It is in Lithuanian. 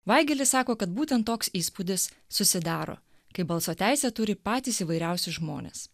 vagelis sako kad būtent toks įspūdis susidaro kai balso teisę turi patys įvairiausi žmonės